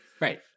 right